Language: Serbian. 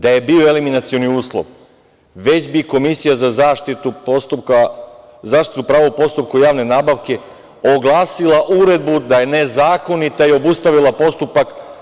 Da je bio eliminacioni uslov, već bi Komisija za zaštitu prava u postupku javne nabavke oglasila uredbu da je nezakonita i obustavila postupak.